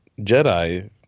Jedi